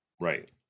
right